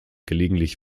gelegentlich